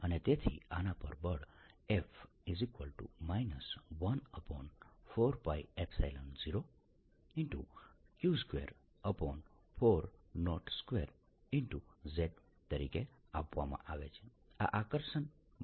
અને તેથી આના પર બળ F 140q24z02 z તરીકે આપવામાં આવે છે આ આકર્ષણ બળ છે